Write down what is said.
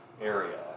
area